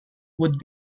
would